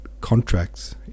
contracts